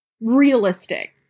realistic